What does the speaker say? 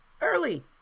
early